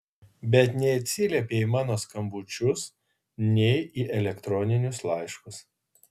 bet neatsiliepei į mano skambučius nei į elektroninius laiškus